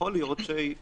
יכול להיות שצריך